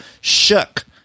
shook